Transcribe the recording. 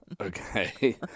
Okay